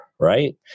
Right